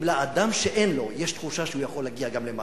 אם לאדם שאין לו יש תחושה שהוא יכול להגיע גם למעלה,